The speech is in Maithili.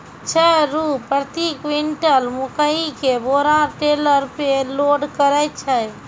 छह रु प्रति क्विंटल मकई के बोरा टेलर पे लोड करे छैय?